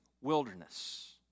wilderness